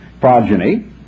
progeny